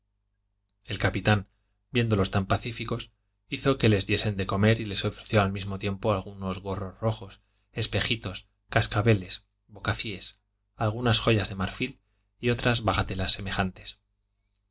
el capitán viéndolos tan pacífícos hizo que les diesen de comer y les ofreció al mismo tiempo algunos gorros rojos espejitos cascabeles vocis algunas joyas de marfíl y otras bagatelas semejantes